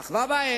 אך בה בעת